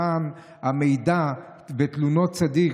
למען המידע ותלונות ציבור,